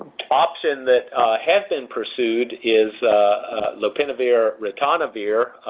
option that has been pursued is lopinavir-ritonavir,